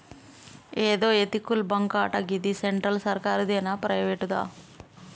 ఏందో ఎతికల్ బాంకటా, గిది సెంట్రల్ సర్కారుదేనా, ప్రైవేటుదా